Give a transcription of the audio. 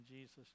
Jesus